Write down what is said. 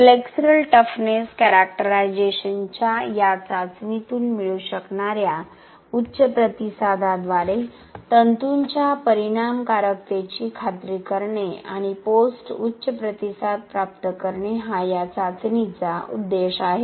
flexural toughness कॅरेक्टरायझेशनच्या या चाचणीतून मिळू शकणार्या उच्च प्रतिसादाद्वारे फायबर्सच्या परिणामकारकतेची खात्री करणे आणि पोस्ट उच्च प्रतिसाद प्राप्त करणे हा या चाचणीचा उद्देश आहे